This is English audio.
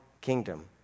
kingdom